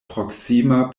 proksima